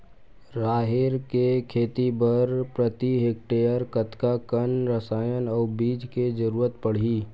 राहेर के खेती बर प्रति हेक्टेयर कतका कन रसायन अउ बीज के जरूरत पड़ही?